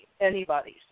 anybody's